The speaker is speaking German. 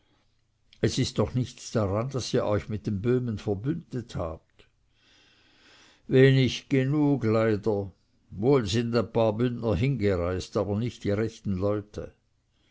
es ist doch nichts daran daß ihr euch mit dem böhmen verbündet habt wenig genug leider wohl sind ein paar bündner hingereist aber gar nicht die rechten leute